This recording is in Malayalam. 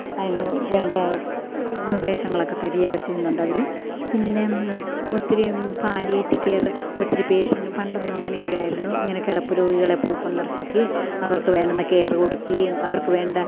അതിനു വേണ്ട നിർദ്ദേശങ്ങളൊക്കെ തരികയൊക്കെ ചെയ്യുന്നുണ്ടവർ പിന്നെയും ഒത്തിരിയും പാലിയേറ്റിവ് കെയർ ഒത്തിരി പേഷ്യൻറ്റ് പണ്ടൊന്നും അങ്ങനെയില്ലായിരുന്നു ഇങ്ങനെ കിടപ്പു രോഗികളെ പോയി സന്ദര്ശിക്കുകയും അവർക്കു വേണ്ടുന്ന കെയർ കൊടുക്കുകയും അവർക്ക് വേണ്ട